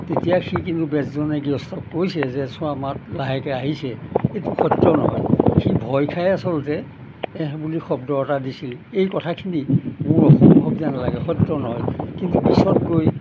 তেতিয়া সি কিন্তু বেছজনে গৃহস্থক কৈছে যে চোৱা মাত লাহেকে আহিছে এইটো সত্য নহয় সি ভয় খাই আচলতে বুলি শব্দ এটা দিছিল এই কথাখিনি মোৰ অসম্ভৱ যেন লাগে সত্য নহয় কিন্তু পিছত গৈ